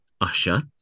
Usher